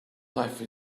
life